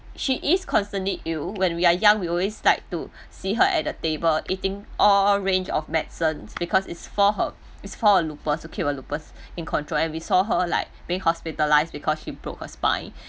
she is constantly ill when we are young we always like to see her at the table eating all range of medicine because its for her its for her lupus to keep her lupus in control and we saw her like being hospitalize because she broke her spine